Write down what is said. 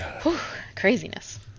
Craziness